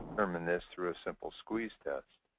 determine this through a simple squeeze test.